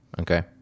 Okay